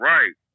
Right